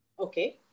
Okay